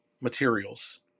materials